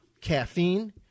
caffeine